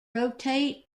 rotate